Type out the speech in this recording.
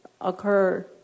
occur